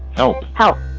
no. how?